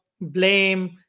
blame